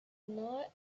not